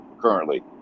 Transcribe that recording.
currently